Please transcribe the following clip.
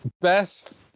best